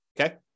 Okay